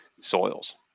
soils